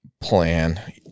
plan